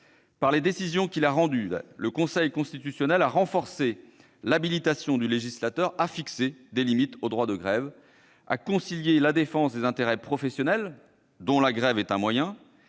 Par les décisions qu'il a rendues, le Conseil constitutionnel a renforcé l'habilitation du législateur à fixer des limites au droit de grève, à concilier la défense des intérêts professionnels, dont la grève est un moyen,